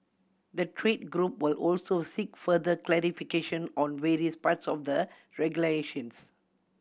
the trade group will also seek further clarification on various parts of the regulations